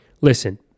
listen